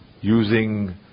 Using